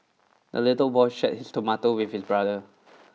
the little boy shared his tomato with his brother